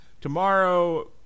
Tomorrow